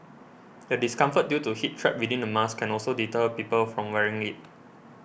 the discomfort due to heat trapped within the mask can also deter people from wearing it